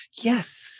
Yes